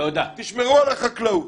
תשמרו על החקלאות.